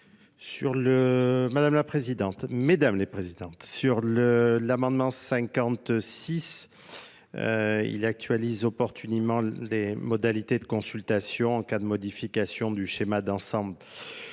madame la présidente mesdames les présidentes sur le l'amendement cinquante six il actualise opportunément les modalités de consultation en cas de modification du schéma d'ensemble